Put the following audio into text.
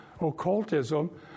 occultism